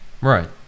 Right